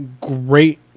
great